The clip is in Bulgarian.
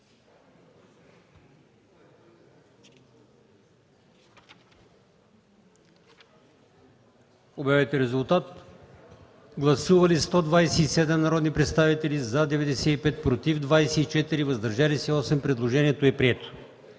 от комисията. Гласували 128 народни представители: за 93, против 29, въздържали се 6. Предложението е прието.